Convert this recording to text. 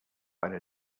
eine